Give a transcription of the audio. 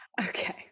Okay